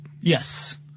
Yes